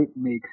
make